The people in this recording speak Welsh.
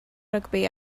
rygbi